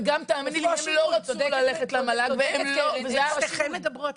וגם תאמיני לי הן לא רצו ללכת למל"ג וזה היה -- אבל שתיכן מדברות,